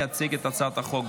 להציג את הצעת החוק.